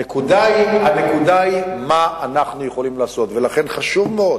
הנקודה היא מה אנחנו יכולים לעשות, ולכן חשוב מאוד